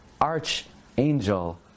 archangel